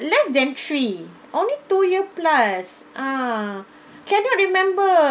uh less than three only two year plus ah cannot remember